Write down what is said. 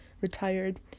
retired